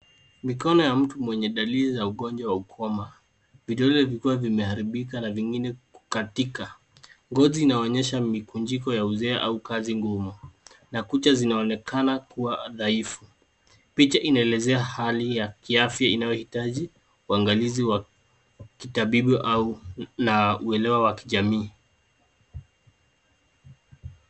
Mikono ya mtu mwenye dalili za ugonjwa wa ukwama, vidole vikiwa vimeharibika na vingine kukatika. Ngozi inaonyesha mikunjiko ya uzee au kazi ngumu na kucha zinaonekana kuwa dhaifu. Picha inaelezea hali ya kiafya inayohitaji uangalizi wa kitabibu na uelewa wa kijamii.